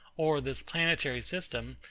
or this planetary system,